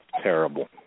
Terrible